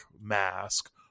Mask